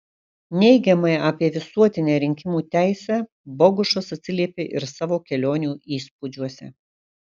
neigiamai apie visuotinę rinkimų teisę bogušas atsiliepė ir savo kelionių įspūdžiuose